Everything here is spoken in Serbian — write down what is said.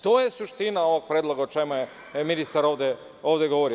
To je suština ovog predloga, o čemu je ministar ovde govorio.